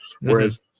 whereas